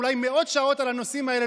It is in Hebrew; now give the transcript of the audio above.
אולי מאות שעות על הנושאים האלה,